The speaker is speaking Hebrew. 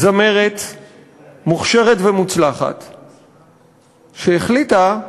זמרת מוכשרת ומוצלחת שהחליטה: